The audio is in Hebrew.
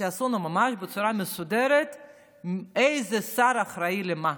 שיעשו לנו ממש בצורה מסודרת איזה שר אחראי למה.